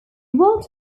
worked